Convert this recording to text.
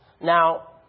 Now